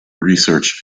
research